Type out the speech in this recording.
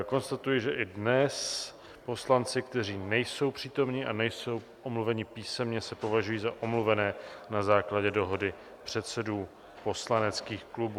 Konstatuji, že i dnes poslanci, kteří nejsou přítomni a nejsou omluveni písemně, se považují za omluvené na základě dohody předsedů poslaneckých klubů.